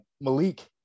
Malik